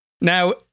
Now